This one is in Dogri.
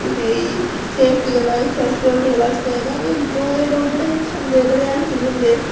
कुसै ई सेफ्टी गल्ला आखचै सक्योरिटी गल्लै आखचै कि डोगरे लोक बड़े अच्छे होंदे बड़े हैल्पफुल होंदे